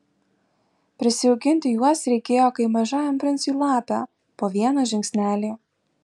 prisijaukinti juos reikėjo kaip mažajam princui lapę po vieną žingsnelį